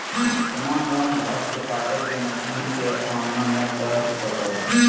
सामान्य लॉन घास काटे के मशीन के सामना नय कर सको हइ